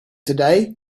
today